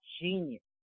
genius